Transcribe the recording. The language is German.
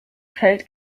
feld